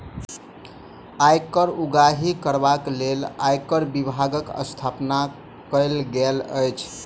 आयकर उगाही करबाक लेल आयकर विभागक स्थापना कयल गेल अछि